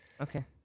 Okay